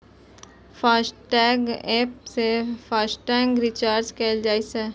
FASTag app सं FASTag recharge कैल जा सकै छै